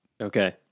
Okay